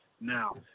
Now